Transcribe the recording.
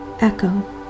echo